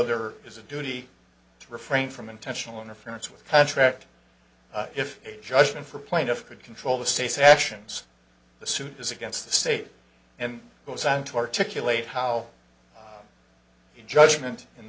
there is a duty to refrain from intentional interference with contract if a judgement for plaintiff could control the state's actions the suit is against the state and goes on to articulate how the judgment in